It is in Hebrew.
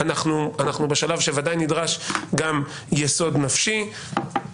אנחנו בשלב שבוודאי נדרש גם יסוד נפשי.